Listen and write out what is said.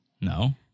No